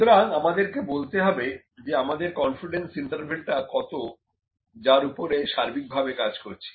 সুতরাং আমাদেরকে বলতে হবে যে আমাদের কনফিডেন্স ইন্টারভ্যাল টা কত যার ওপরে সার্বিকভাবে কাজ করছি